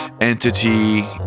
entity